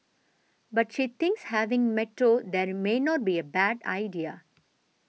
but she thinks having Metro there may not be a bad idea